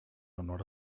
honor